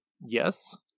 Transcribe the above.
Yes